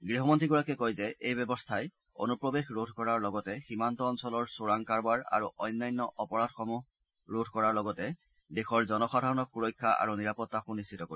গৃহমন্ত্ৰীগৰাকীয়ে কয় যে এই ব্যৱস্থাই অনুপ্ৰৱেশ ৰোধ কৰাৰ লগতে সীমান্ত অঞ্চলৰ চোৰাং কাৰবাৰ আৰু অন্যান্য অপৰাধসমূহ ৰোধ কৰাৰ লগতে দেশৰ জনসাধাৰণক সুৰক্ষা আৰু নিৰাপত্তা সুনিশ্চিত কৰিব